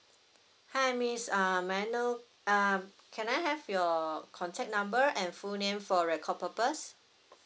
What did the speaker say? hi miss uh may I know uh can I have your contact number and full name for record purpose